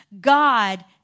God